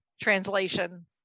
translation